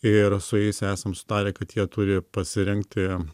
ir su jais esam sutarę kad jie turi pasirengti